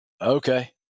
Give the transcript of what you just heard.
okay